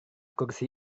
kursi